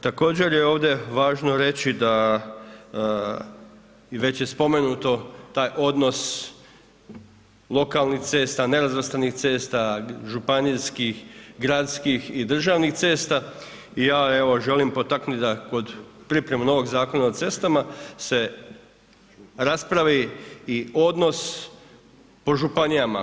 Također, je ovdje važno reći da i već je spomenuto taj odnos lokalnih cesta, nerazvrstanih cesta, županijskih, gradskih i državnih cesta i ja evo želim potaknuti da kod pripreme novog Zakona o cestama se raspravi i odnos po županijama.